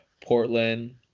Portland